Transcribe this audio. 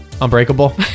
Unbreakable